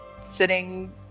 sitting